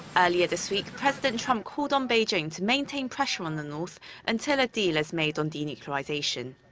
earlier this week, president trump called on beijing to maintain pressure on the north until a deal is made on denuclearization.